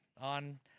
on